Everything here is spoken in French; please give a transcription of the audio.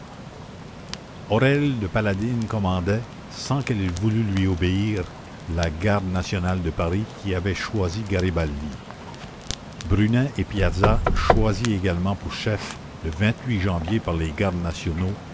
aurelle de paladine commandait sans qu'elle voulût lui obéir la garde nationale de paris qui avait choisi garibaldi brunet et piaza choisis également pour chefs le janvier par les gardes nationaux